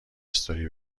استوری